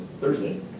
Thursday